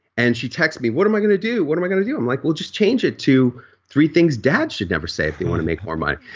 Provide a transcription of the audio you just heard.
and she text me, what am i going to do, what am i going to do. i'm like well just change it to three things dads should never say if they want to make more money.